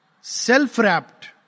self-wrapped